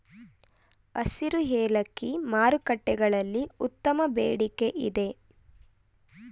ಹಸಿರು ಏಲಕ್ಕಿ ಮಾರುಕಟ್ಟೆಗಳಲ್ಲಿ ಉತ್ತಮ ಬೇಡಿಕೆಯಿದೆ